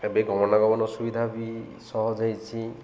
ଏବେ ଗମନାଗମନ ଅସୁବିଧା ବି ସହଜ ହେଇଛିି